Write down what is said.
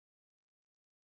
and there's